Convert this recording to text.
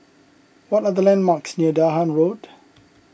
what are the landmarks near Dahan Road